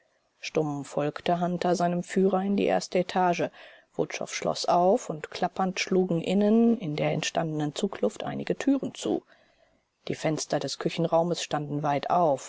stumm folgte hunter seinem führer in die erste etage wutschow schloß auf und klappernd schlugen innen in der entstandenen zugluft einige türen zu die fenster des küchenraumes standen weit auf